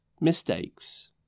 mistakes